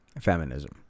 feminism